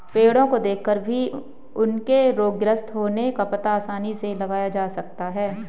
पेड़ो को देखकर भी उनके रोगग्रस्त होने का पता आसानी से लगाया जा सकता है